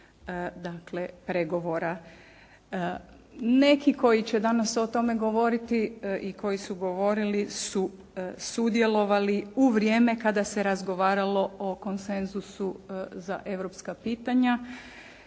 dakle pregovora. Neki koji će danas o tome govoriti i koji su govorili su sudjelovali u vrijeme kada se razgovaralo o konsenzusu za europska pitanja